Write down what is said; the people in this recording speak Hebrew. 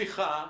שיחה?